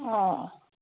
ꯑꯥ